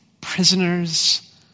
prisoners